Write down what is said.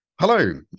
Hello